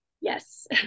Yes